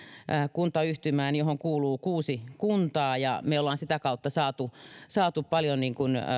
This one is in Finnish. kuntayhtymään johon kuuluu kuusi kuntaa ja me olemme sitä kautta saaneet paljon